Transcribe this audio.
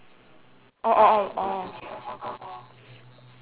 orh orh orh orh